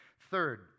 Third